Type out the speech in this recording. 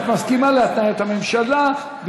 את מסכימה להסכמת הממשלה,